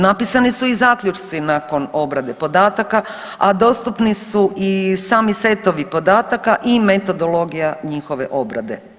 Napisani su i zaključci nakon obrade podataka, a dostupni su i sami setovi podataka i metodologija njihove obrade.